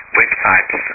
websites